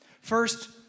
First